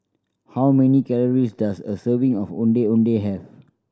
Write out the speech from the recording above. how many calories does a serving of Ondeh Ondeh have